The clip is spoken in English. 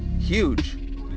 huge